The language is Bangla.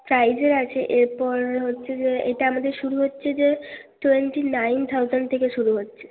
সাইজে আছে এরপর হচ্ছে যে এটা আমাদের শুরু হচ্ছে যে টোয়েন্টি নাইন থাউসেন্ড থেকে শুরু হচ্ছে